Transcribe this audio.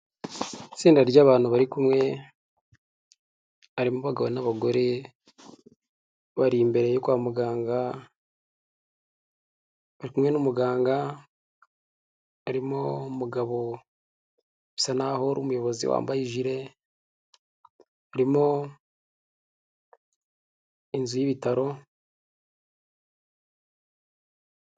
Itsinda ry'abantu bari kumwe, arimo abagabo n'abagore bari imbere yo kwa muganga bari kumwe n'umuganga harimo mugabo bisa naho uri umuyobozi wambaye ijire harimo inzu y'ibitaro.